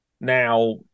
Now